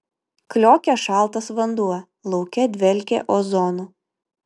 kliokė šaltas vanduo lauke dvelkė ozonu